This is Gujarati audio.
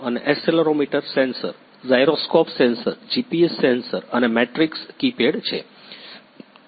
અને accelerometer sensor gyroscope sensor GPS sensor અને મેટ્રિક્સ કીપેડ છે